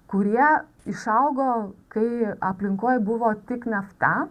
kurie išaugo kai aplinkoj buvo tik nafta